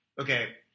okay